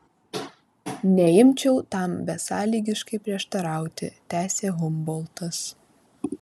neimčiau tam besąlygiškai prieštarauti tęsė humboltas